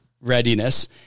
readiness